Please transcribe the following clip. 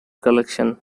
collection